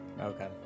Okay